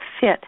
fit